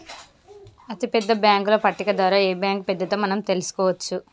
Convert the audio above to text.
అతిపెద్ద బ్యేంకుల పట్టిక ద్వారా ఏ బ్యాంక్ పెద్దదో మనం తెలుసుకోవచ్చు